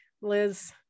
Liz